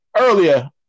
earlier